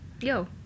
yo